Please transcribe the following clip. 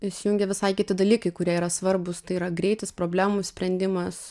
įsijungia visai kiti dalykai kurie yra svarbūs tai yra greitis problemų sprendimas